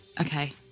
Okay